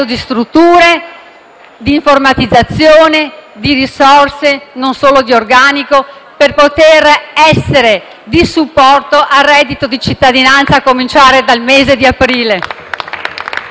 di informatizzazione, di risorse, non solo di organico, per poter essere di supporto al reddito di cittadinanza a cominciare dal mese di aprile.